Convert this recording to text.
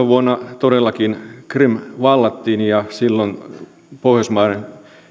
vuonna kaksituhattaneljätoista todellakin krim vallattiin ja silloin pohjoismaiden